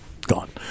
gone